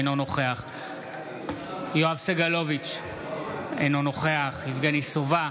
אינו נוכח יואב סגלוביץ' אינו נוכח יבגני סובה,